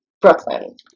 Brooklyn